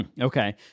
Okay